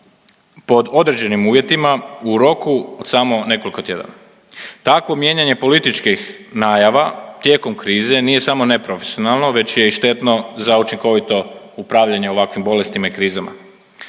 pod određenim uvjetima u roku od samo nekoliko tjedana. Takvo mijenjanje političkih najava tijekom krize, nije samo neprofesionalno već je i štetno za učinkovito upravljanje ovakvim bolestima i krizama.